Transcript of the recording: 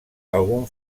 algun